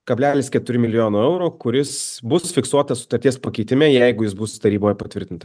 kablelis keturi milijono eurų kuris bus fiksuotas sutarties pakeitime jeigu jis bus taryboj patvirtinta